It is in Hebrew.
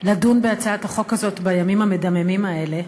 לדון בהצעת החוק הזאת בימים המדממים האלה,